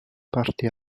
parte